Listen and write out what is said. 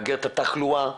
למיגור התחלואה.